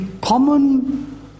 common